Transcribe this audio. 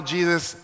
Jesus